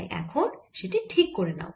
তাই এখন সেটি ঠিক করে নাও